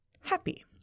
happy